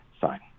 sign